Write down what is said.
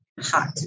Hot